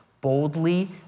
boldly